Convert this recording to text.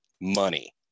money